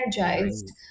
energized